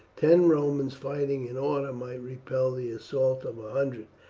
ten romans fighting in order might repel the assault of a hundred,